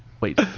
Wait